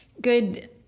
good